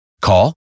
Call